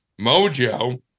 Mojo